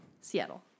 Seattle